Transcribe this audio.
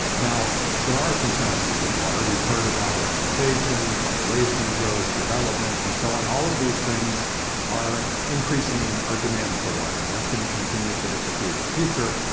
now there are some challenges with water. we've heard about urbanization, population growth, development, and so on. all of these things are increasing our demand for water. and that's going to continue for the foreseeable future.